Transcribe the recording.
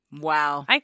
wow